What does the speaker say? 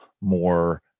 more